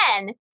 again